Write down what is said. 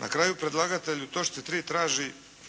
Na kraju predlagatelj u točci 3. traži